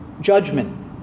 judgment